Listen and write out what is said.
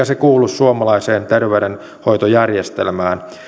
se kuulu suomalaiseen terveydenhoitojärjestelmään